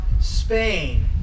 Spain